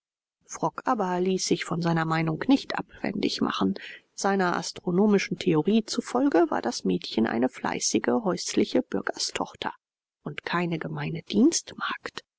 frock aber ließ sich von seiner meinung nicht abwendig machen seiner astronomischen theorie zufolge war das mädchen eine fleißige häusliche bürgerstochter und keine gemeine dienstmagd